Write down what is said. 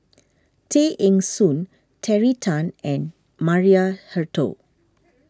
Tay Eng Soon Terry Tan and Maria Hertogh